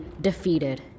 defeated